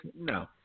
no